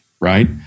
Right